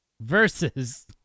versus